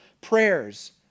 prayers